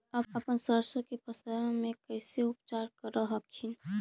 अपन सरसो के फसल्बा मे कैसे उपचार कर हखिन?